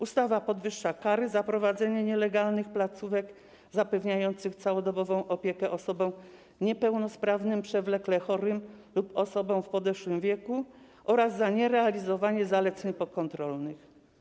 Ustawa podwyższa kary za prowadzenie nielegalnych placówek zapewniających całodobową opiekę osobom niepełnosprawnym, przewlekle chorym lub osobom w podeszłym wieku oraz za nierealizowanie zaleceń pokontrolnych.